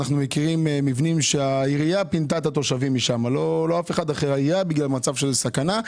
יש מבנים שהעירייה פינתה את התושבים משם בגלל מצב של סכנה,